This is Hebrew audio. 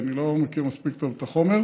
כי אני לא מכיר מספיק טוב את החומר,